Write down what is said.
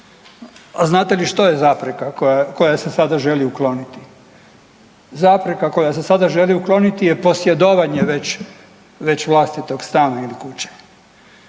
Znate li što je zapreka koja se sada želi ukloniti? Zapreka koja se sada želi ukloniti je posjedovanje već vlastitog stana ili kuće.